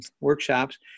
workshops